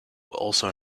also